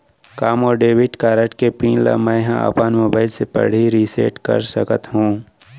का मोर debit card के पिन ल मैं ह अपन मोबाइल से पड़ही रिसेट कर सकत हो?